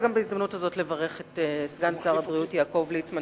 בהזדמנות הזאת אני גם רוצה לברך את סגן שר הבריאות יעקב ליצמן,